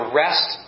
rest